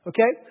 Okay